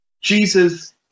Jesus